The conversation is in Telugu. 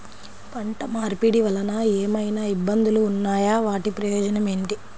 పంట మార్పిడి వలన ఏమయినా ఇబ్బందులు ఉన్నాయా వాటి ప్రయోజనం ఏంటి?